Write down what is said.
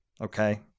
Okay